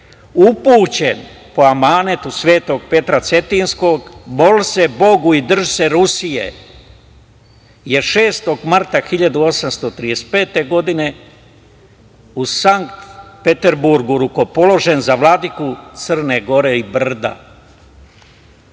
upućen po amanetu Svetog Petra cetinjskog – mol' se Bogu i drž' se Rusije, je 6. marta 1835. godine u Sankt Peterburgu rukopoložen za vladiku Crne Gore i